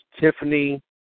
Tiffany